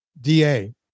DA